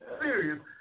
serious